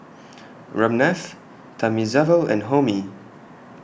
Ramnath Thamizhavel and Homi